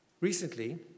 Recently